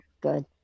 good